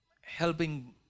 helping